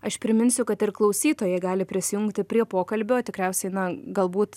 aš priminsiu kad ir klausytojai gali prisijungti prie pokalbio tikriausiai na galbūt